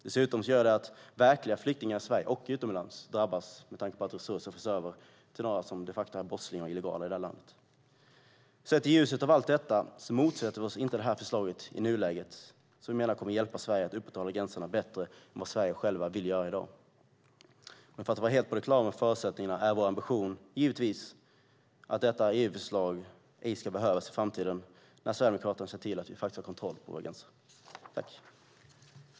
Dessutom innebär det att verkliga flyktingar i Sverige och utomlands drabbas när resurser förs över till några som de facto är brottslingar och illegala i det här landet. I ljuset av allt detta motsätter vi oss inte detta förslag i nuläget. Vi menar att det kommer att hjälpa Sverige att upprätthålla gränserna bättre än vad vi gör i dag. Men för att vara helt på det klara med förutsättningarna är vår ambition givetvis att detta EU-förslag inte ska behövas i framtiden när Sverigedemokraterna har sett till att vi faktiskt har kontroll på våra gränser.